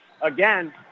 again